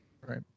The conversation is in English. Right